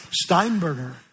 Steinberger